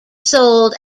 sold